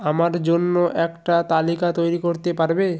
আমার জন্য একটা তালিকা তৈরি করতে পারবে